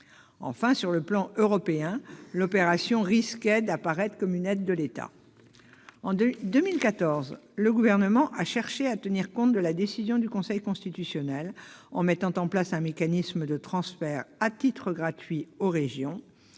droit communautaire, l'opération risquait également d'apparaître comme une aide d'État. En 2014, le Gouvernement a cherché à tenir compte de la décision du Conseil constitutionnel en mettant en place un mécanisme de transfert à titre gratuit aux régions,